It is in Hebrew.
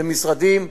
זה משרדים,